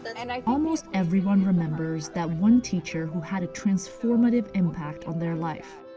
and i almost everyone remembers that one teacher who had a transformative impact on their life,